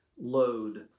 load